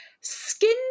skin